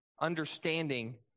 understanding